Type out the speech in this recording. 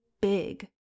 big